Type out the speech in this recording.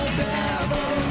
devil